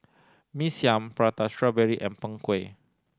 Mee Siam Prata Strawberry and Png Kueh